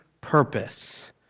purpose